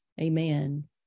Amen